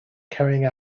carrying